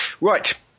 Right